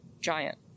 giant